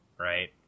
Right